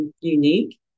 unique